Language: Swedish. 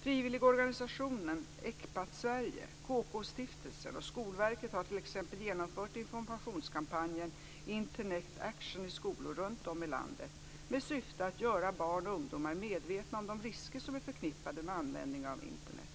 Frivilligorganisationen ECPAT Sverige, KK-stiftelsen och Skolverket har t.ex. genomfört informationskampanjen Internet Action i skolor runtom i landet med syftet att göra barn och ungdomar medvetna om de risker som är förknippade med användningen av Internet.